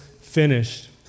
finished